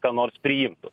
ką nors priimtų